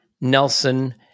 Nelson